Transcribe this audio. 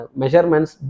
measurements